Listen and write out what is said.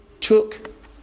took